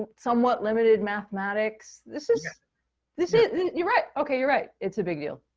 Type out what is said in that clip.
somewhat limited mathematics. this is this is you're right. okay. you're right. it's a big deal.